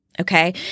okay